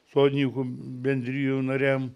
sodininkų bendrijų nariam